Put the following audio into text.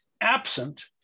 absent